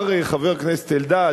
חבר הכנסת אלדד